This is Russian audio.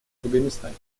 афганистане